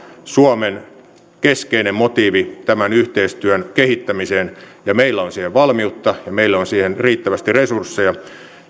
suomen keskeinen motiivi tämän yhteistyön kehittämiseen meillä on siihen valmiutta ja meillä on siihen riittävästi resursseja